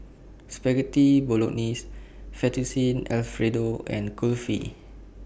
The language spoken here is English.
Spaghetti Bolognese Fettuccine Alfredo and Kulfi